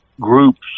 groups